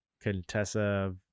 Contessa